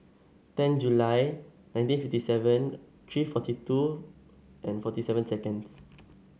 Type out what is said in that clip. ten July nineteen fifty seven three forty two and forty seven seconds